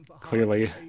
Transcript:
clearly